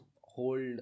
hold